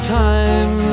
time